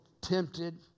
tempted